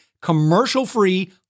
commercial-free